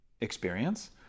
experience